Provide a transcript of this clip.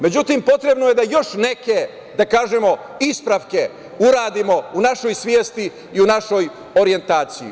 Međutim, potrebno je još neke ispravke da uradimo u našoj svesti i u našoj orijentaciji.